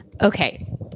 Okay